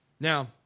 Now